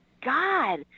God